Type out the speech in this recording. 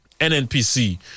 NNPC